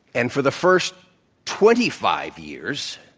and for the first twenty five years,